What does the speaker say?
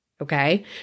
Okay